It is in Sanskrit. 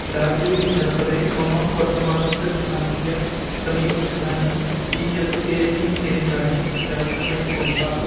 डार्जिलिङ्ग् जनपदे मम वर्तमानस्य स्थानस्य समीपस्थानि ई एस् ए सी केन्द्राणि ज्ञातुं शक्नोमि वा